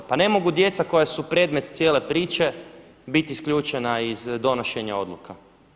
Pa ne mogu djeca koja su predmet cijele priče biti isključena iz donošenja odluka.